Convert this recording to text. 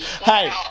Hey